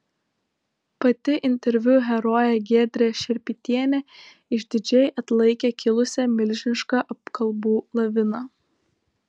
pati interviu herojė giedrė šerpytienė išdidžiai atlaikė kilusią milžinišką apkalbų laviną